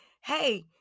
hey